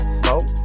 smoke